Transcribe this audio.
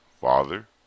father